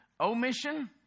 omission